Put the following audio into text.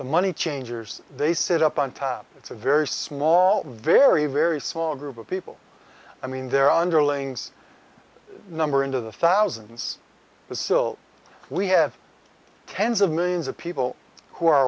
the money changers they sit up on top it's a very small very very small group of people i mean there are underlings number into the thousands to still we have tens of millions of people who are